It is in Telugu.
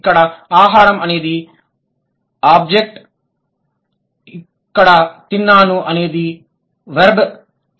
ఇక్కడ ఆహారం అనేది O కర్మ ఇక్కడ తిన్నాను అనేది V క్రియ